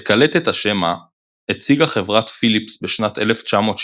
את קלטת השמע הציגה חברת פיליפס בשנת 1963